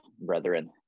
brethren